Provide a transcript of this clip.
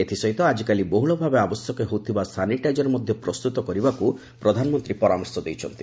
ଏଥିସହିତ ଆଜିକାଲି ବହୁଳଭାବେ ଆବଶ୍ୟକ ହେଉଥିବା ସାନିଟାଇଜର ମଧ ପ୍ରସ୍ତୁତ କରିବାକୁ ପ୍ରଧାନମନ୍ତୀ ପରାମର୍ଶ ଦେଇଛନ୍ତି